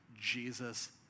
Jesus